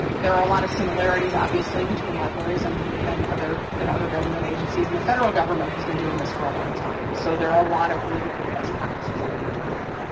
there are a lot of similarities, obviously, between libraries and and other and other government agencies, and the federal government has been doing this for a long time so there are a lot of really good best practices out there for that.